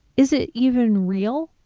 is it even real?